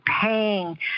paying